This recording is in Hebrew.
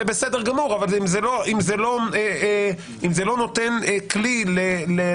זהב בסדר גמור אבל זה לא נותן כלי לטיפול